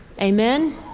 Amen